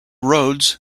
roads